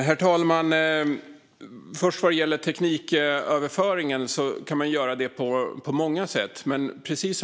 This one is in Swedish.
Herr talman! Vad gäller tekniköverföringen kan den ske på många sätt.